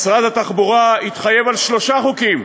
משרד התחבורה התחייב על שלושה חוקים,